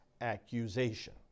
accusation